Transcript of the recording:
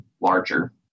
larger